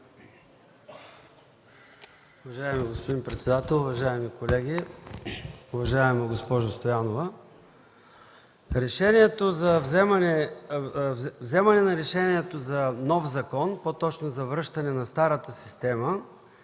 Уважаеми господин председател, уважаеми колеги, уважаема госпожо Стоянова! Вземането на решение за нов закон, по-точно за връщане на старата система,